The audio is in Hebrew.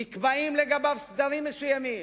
נקבעים לגביו סדרים מסוימים.